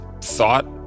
thought